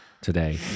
today